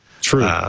True